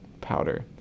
powder